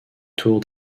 tour